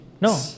No